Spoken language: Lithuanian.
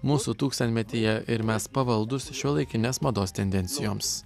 mūsų tūkstantmetyje ir mes pavaldus šiuolaikinės mados tendencijoms